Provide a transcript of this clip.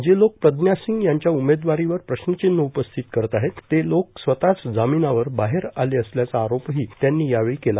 जे लोक प्रज्ञा सिंग यांच्या उमेदवारीवर प्रश्नचिन्ह उपस्थित करत आहे ते लोक स्वतच जामीनावर बाहेर आले असल्याचा आरोपही त्यांनी यावेळी केला